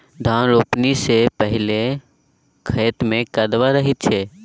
धान रोपणी सँ पहिने खेत मे कदबा रहै छै